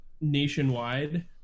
nationwide